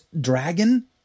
dragon